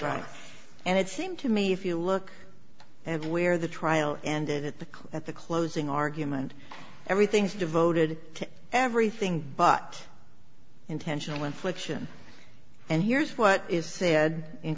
trial and it seemed to me if you look at where the trial ended at the at the closing argument everything's devoted to everything but intentional infliction and here's what is said in